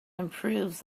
improves